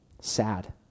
sad